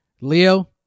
Leo